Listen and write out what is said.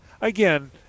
Again